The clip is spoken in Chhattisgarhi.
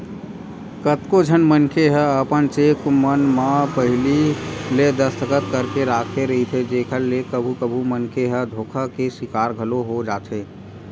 कतको झन मनखे मन ह अपन चेक मन म पहिली ले दस्खत करके राखे रहिथे जेखर ले कभू कभू मनखे ह धोखा के सिकार घलोक हो जाथे